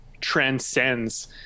transcends